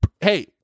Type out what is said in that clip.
hey